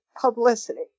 publicity